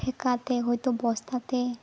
ᱴᱷᱮᱠᱟ ᱛᱮ ᱦᱳᱭᱛᱳ ᱵᱚᱥᱛᱟ ᱛᱮ